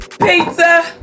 Pizza